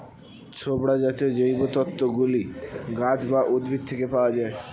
ছোবড়া জাতীয় জৈবতন্তু গুলি গাছ বা উদ্ভিদ থেকে পাওয়া যায়